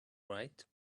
right